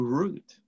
root